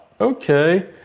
okay